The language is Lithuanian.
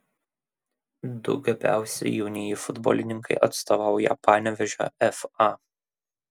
du gabiausi jaunieji futbolininkai atstovauja panevėžio fa